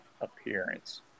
appearance